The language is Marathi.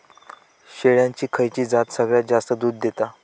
शेळ्यांची खयची जात सगळ्यात जास्त दूध देता?